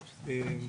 היו"ר.